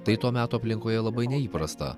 tai to meto aplinkoje labai neįprasta